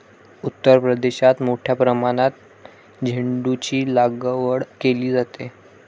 उत्तर प्रदेशात मोठ्या प्रमाणात झेंडूचीलागवड केली जाते